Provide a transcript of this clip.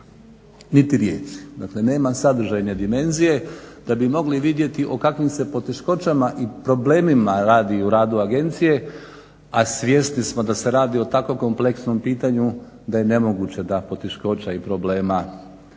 niti riječi. Dakle, nema sadržajne dimenzije da bi mogli vidjeti o kakvim se poteškoćama i problemima radi u radu agencije, a svjesni smo da se radi o tako kompleksnom pitanju da je nemoguće da poteškoća i problema nema.